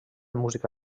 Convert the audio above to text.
música